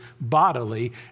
bodily